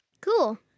Cool